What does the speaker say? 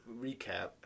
Recap